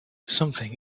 something